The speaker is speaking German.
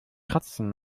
kratzen